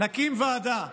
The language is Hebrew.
נקים ועדה.